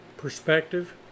Perspective